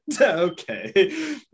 okay